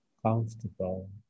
Comfortable